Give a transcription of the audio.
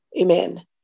Amen